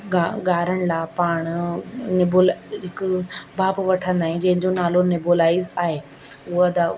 गा ॻारण लाइ पाण नेबोला हिकु भांप वठंदा आहियूं जंहिंजो नालो नेबुलाइज आहे उहा त